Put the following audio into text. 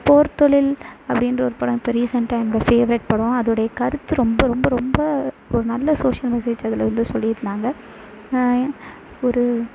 போர் தொழில் அப்படின்ற ஒரு படம் இப்போ ரீசன்ட்டாக என்னோட ஃபேவரெட் படம் அதோடைய கருத்து ரொம்ப ரொம்ப ரொம்ப ஒரு நல்ல சோஷியல் மெசேஜ் அதில் வந்து சொல்லியிருந்தாங்க ஒரு